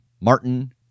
Martin